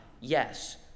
Yes